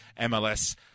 MLS